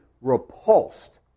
repulsed